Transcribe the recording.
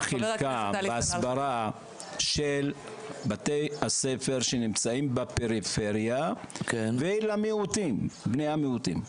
ההסברה בבתי הספר שנמצאים בפריפריה ובבתי הספר של בני המיעוטים?